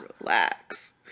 relax